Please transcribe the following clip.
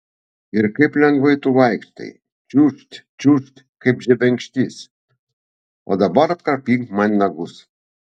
ir kaip lengvai tu vaikštai čiūžt čiūžt kaip žebenkštis o dabar apkarpyk man nagus